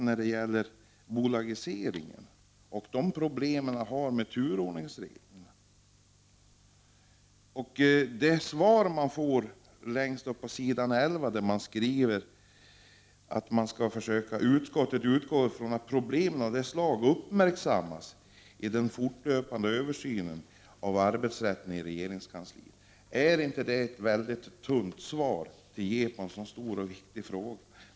När det gäller bolagisering har vi bl.a. tagit upp de problem som har med turordningsreglerna att göra. Utskottet skriver som svar att det utgår från att problem av detta slag uppmärksammas i den fortlöpande översynen av arbetsrätten i regeringens kansli. Är inte det ett mycket tunt svar på en så stor och viktig fråga?